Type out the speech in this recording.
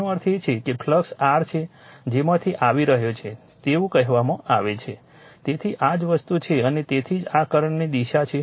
તેનો અર્થ એ કે ફ્લક્સ r છે જેઆમાંથી આવી રહ્યો છે તેવું કહેવામાં આવે છે તેથી જ આ વસ્તુ છે અને તેથી જ આ કરંટની દિશા છે